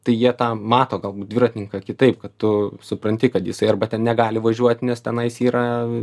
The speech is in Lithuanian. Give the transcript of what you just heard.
tai jie tą mato galbūt dviratininką kitaip kad tu supranti kad jisai arba ten negali važiuot nes tenais yra